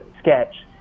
sketch